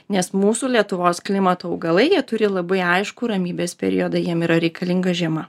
nes mūsų lietuvos klimato augalai jie turi labai aišku ramybės periodą jiem yra reikalinga žiema